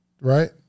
right